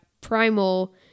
primal